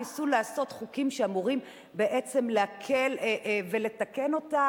ניסו לעשות חוקים שאמורים בעצם להקל ולתקן אותה,